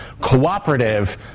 cooperative